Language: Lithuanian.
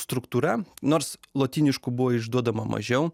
struktūra nors lotyniškų buvo išduodama mažiau